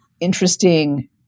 interesting